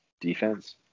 defense